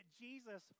Jesus